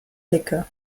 blicke